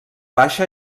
baixa